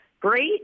Great